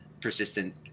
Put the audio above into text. persistent